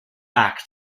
act